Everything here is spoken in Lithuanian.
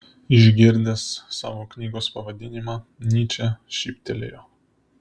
išgirdęs savo knygos pavadinimą nyčė šyptelėjo